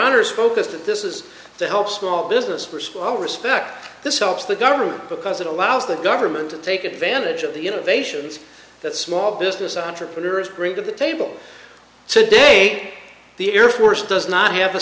honour's focus that this is to help small business for small respect this helps the government because it allows the government to take advantage of the innovations that small business entrepreneurs bring to the table today the air force does not have a